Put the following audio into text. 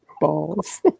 Balls